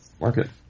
market